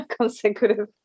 consecutive